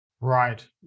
right